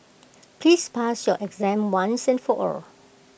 please pass your exam once and for all